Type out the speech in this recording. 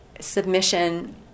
submission